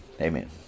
Amen